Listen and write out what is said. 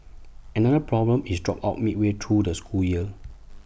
another problem is dropouts midway through the school year